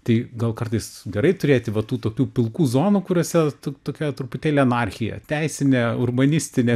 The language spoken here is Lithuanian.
tai gal kartais gerai turėti va tų tokių pilkų zonų kuriose tokia truputėlį anarchija teisinė urbanistinė